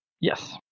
Yes